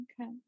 okay